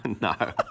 no